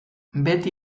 beti